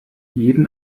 jeden